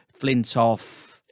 Flintoff